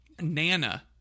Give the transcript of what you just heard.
nana